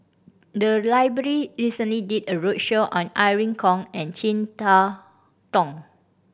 the library recently did a roadshow on Irene Khong and Chin Harn Tong